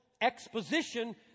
exposition